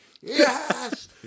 Yes